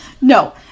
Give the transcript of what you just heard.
no